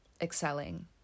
excelling